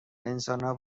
انسانها